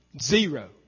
Zero